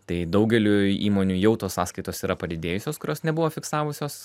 tai daugeliui įmonių jau tos sąskaitos yra padidėjusios kurios nebuvo fiksavusios